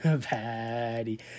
Patty